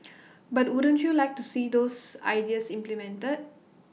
but wouldn't you like to see those ideas implemented